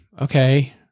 okay